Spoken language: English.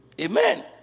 Amen